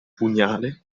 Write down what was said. pugnale